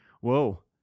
whoa